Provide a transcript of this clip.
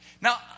Now